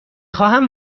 خواهم